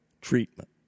treatment